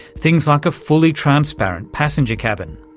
things like a fully transparent passenger cabin.